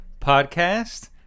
podcast